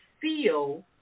feel